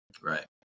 Right